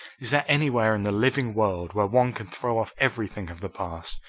is there anywhere in the living world where one can throw off everything of the past,